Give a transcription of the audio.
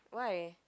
why